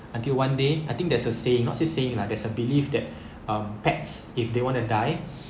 until one day I think there's a saying not s~ saying lah there's a belief that um pets if they want to die